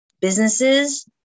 businesses